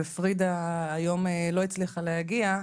ופרידה היום לא הצליחה להגיע,